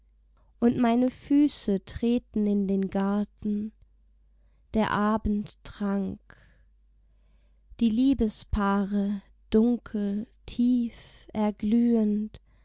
und meine füße treten in den garten der abend trank die liebespaare dunkel tief erglühend